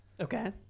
okay